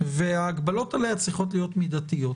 וההגבלות עליה צריכות להיות מידתיות.